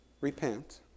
Repent